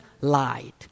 lied